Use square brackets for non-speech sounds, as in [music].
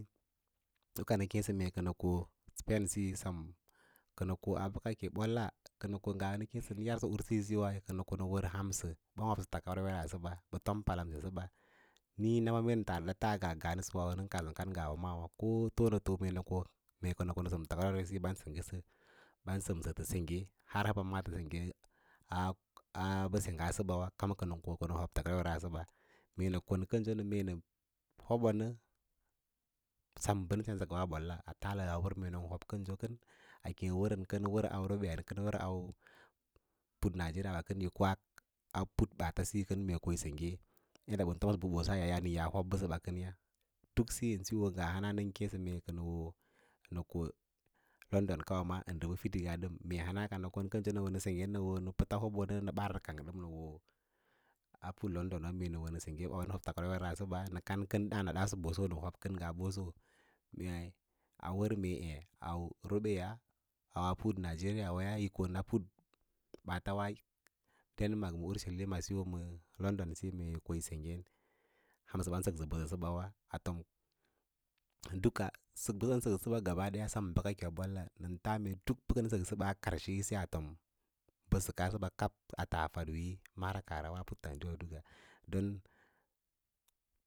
[noise] Bə ka nə kěěsə ko spain siyi sem kənə koa bəkəke ɓolla kə ko ngas nə yarsə ursiyi suwai kənəko wə wər hansə ɓə hob takauwaya səba ɓə tom pala kənso ba niĩna ma ənə tas kənso nga nga nə kadsə kad ngawa maawâ ko too nə too mee nə ko kənə ko nə sengge tawar wersiyi ɓan səmsə tə sengge har a hanbawa a bə sengga səɓa wa takawerweras səbs, mee nə kon kənso nə mee nə holo nə san bənə sensə sen ɓolla a taa̍lə a wər mee nən hob kənso kən akem wər kən wər au robeyan wər aurobe yar a put nigeria we yí koa put ɓaafa síyo kən mee ko yì sengge yaɗɗa ɓən tomsə bəɓosaya yaa ki ya hob bəsəɓa kərya duk biyo sibo hana nə keǐsə mee kənə tho hondon kawa ma ə ndə bəfidingga mee hana kanə kon kənso nə ko ne senggə nə hoo nə pəts ko dən nə ɓaarə nə kang ɗəm nə wo a put london mee wo ne sengge tawerwevrən raꞌasə ba nə kai kən dǎǎn adaaso ɓoso nə hob kən ngas boso mee a wər mee aurobeya auwaa put nigeria waya yi kon a put ɓaats we denmar ursalima ma london siyo mee ko yí sungge hamsə ɓan səksə bəsəba a fom duk sək mbəsa ɓan səksə wa sem bəkəke ɓolla ən tas mee duk bə ngə səksə səbaiv karshe ísi a fom bəsəkas səsə kaba a tas fad wííyo mara kaah ra wa rau don.